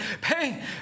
pain